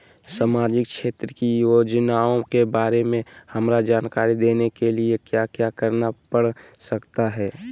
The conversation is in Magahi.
सामाजिक क्षेत्र की योजनाओं के बारे में हमरा जानकारी देने के लिए क्या क्या करना पड़ सकता है?